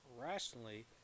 rationally